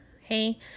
Hey